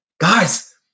guys